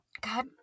god